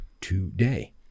today